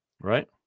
right